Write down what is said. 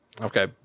okay